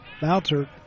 bouncer